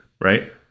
right